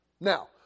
now